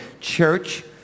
church